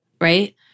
Right